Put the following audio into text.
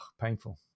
painful